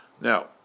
Now